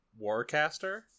Warcaster